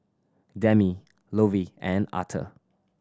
Demi Lovey and Arthur